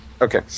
Okay